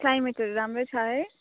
क्लाइमेटहरू राम्रै छ है